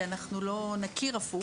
כי אנחנו לא נכיר הפוך.